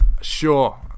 Sure